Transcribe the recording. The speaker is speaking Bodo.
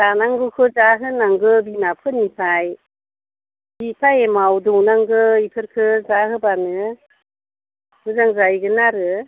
जानांगौखौ जाहोनांगौ बिमाफोरनिफ्राय थि टाइमाव दौनांगो बेफोरखौ जाहोबानो मोजां जाहैगोन आरो